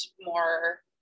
more